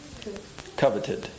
coveted